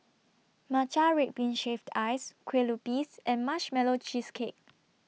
Matcha Red Bean Shaved Ice Kue Lupis and Marshmallow Cheesecake